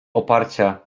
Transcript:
oparcia